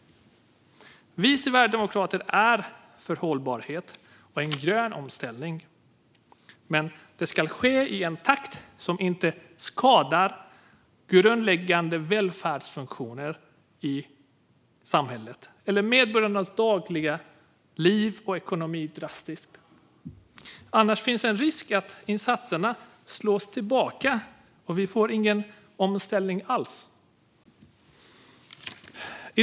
Vi sverigedemokrater är för hållbarhet och en grön omställning, men den ska ske i en takt som inte skadar grundläggande välfärdsfunktioner i samhället eller medborgarnas dagliga liv och ekonomi drastiskt. Annars finns det en risk att insatserna slås tillbaka och vi inte får någon omställning alls.